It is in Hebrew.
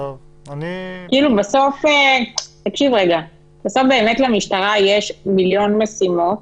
כאילו בסוף באמת למשטרה יש מיליון משימות,